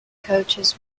coaches